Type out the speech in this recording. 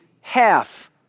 half